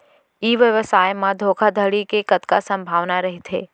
ई व्यवसाय म धोका धड़ी के कतका संभावना रहिथे?